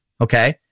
Okay